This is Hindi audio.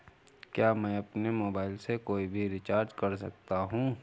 क्या मैं अपने मोबाइल से कोई भी रिचार्ज कर सकता हूँ?